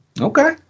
Okay